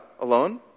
alone